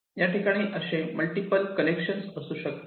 या ठिकाणी असे मल्टिपल कनेक्शन असू शकतात